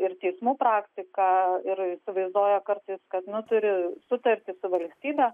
ir teismų praktiką ir įsivaizduoja kartais kad nu tariu sutartį su valstybe